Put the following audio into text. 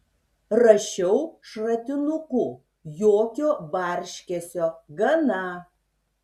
rašiau šratinuku jokio barškesio gana